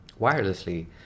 wirelessly